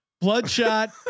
bloodshot